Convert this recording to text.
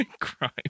Crime